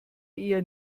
eher